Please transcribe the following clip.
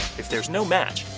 if there's no match,